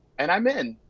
and i'm in.